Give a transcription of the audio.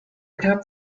cap